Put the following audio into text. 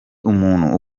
umuntu